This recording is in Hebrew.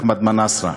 אחמד מנאסרה.